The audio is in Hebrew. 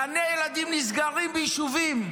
גני ילדים נסגרים ביישובים,